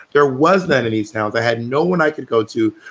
there was that in these towns i had no one i could go to,